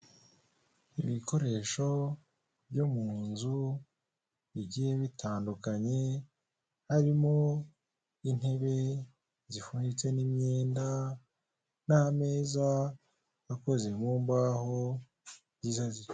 Ibikoresho byo mu nzu bigiye bitandukanye. Harimo intebe zifunitse n' imyenda, n'ameza akoze mu mbaho, nziza zi...